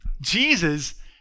Jesus